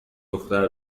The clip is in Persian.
دختر